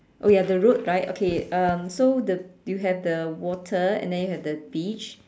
oh ya the road right okay um so the you have the water and then you have the beach